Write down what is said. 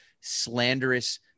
slanderous